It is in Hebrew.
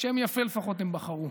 שם יפה לפחות הם בחרו.